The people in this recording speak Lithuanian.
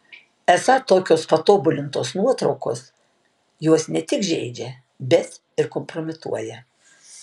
esą tokios patobulintos nuotraukos juos ne tik žeidžia bet ir kompromituoja